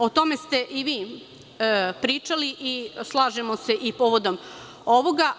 O tome ste i vi pričali i slažemo se i povodom ovoga.